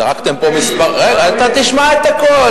זרקתם פה מספרים, אתה תשמע את הכול.